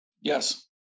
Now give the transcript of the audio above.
yes